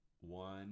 one